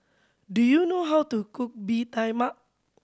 do you know how to cook Bee Tai Mak